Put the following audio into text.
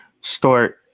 start